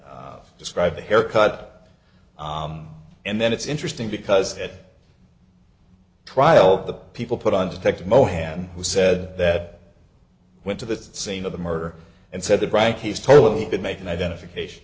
described a haircut and then it's interesting because it trial the people put on detective mohammed who said that went to the scene of the murder and said the bright he's totally been making identification